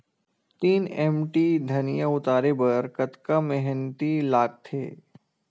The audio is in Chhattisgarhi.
तीन एम.टी धनिया उतारे बर कतका मेहनती लागथे?